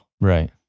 Right